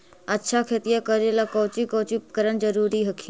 अच्छा खेतिया करे ला कौची कौची उपकरण जरूरी हखिन?